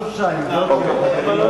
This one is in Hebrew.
בור ועם הארץ.